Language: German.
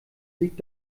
liegt